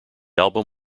album